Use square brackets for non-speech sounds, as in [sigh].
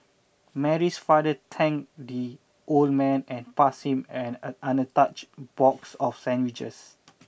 Mary's father thanked the old man and passed him an [hesitation] untouched box of sandwiches